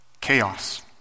chaos